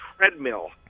treadmill